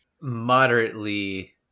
Moderately